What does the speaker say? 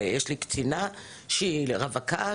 יש לי קצינה שהיא רווקה,